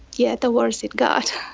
yeah the worse it got.